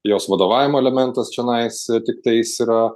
jos vadovavimo elementas čionais sutiktais yra